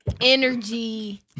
energy